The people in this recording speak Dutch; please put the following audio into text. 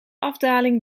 afdaling